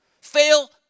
Fail